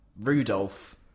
Rudolph